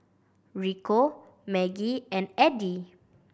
Rico Maggie and Addie